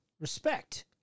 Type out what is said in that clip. Respect